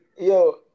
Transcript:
yo